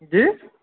जी